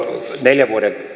neljän vuoden